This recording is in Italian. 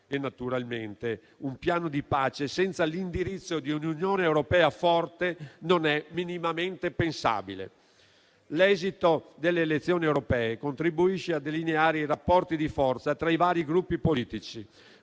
e naturalmente un piano di pace senza l'indirizzo di un'Unione europea forte non è minimamente pensabile. L'esito delle elezioni europee contribuisce a delineare i rapporti di forza tra i vari Gruppi politici,